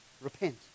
Repent